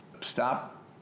stop